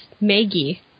Maggie